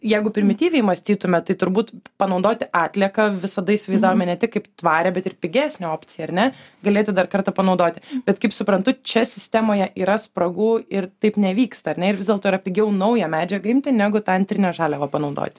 jeigu primityviai mąstytume tai turbūt panaudoti atlieką visada įsivaizdavome ne tik kaip tvarią bet ir pigesnę opciją ar ne galėti dar kartą panaudoti bet kaip suprantu čia sistemoje yra spragų ir taip nevyksta ar ne ir vis dėlto yra pigiau naują medžiagą imti negu tą antrinę žaliavą panaudoti